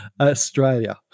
Australia